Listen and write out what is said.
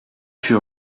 fut